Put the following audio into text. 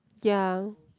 ya